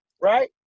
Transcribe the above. right